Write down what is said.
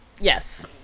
Yes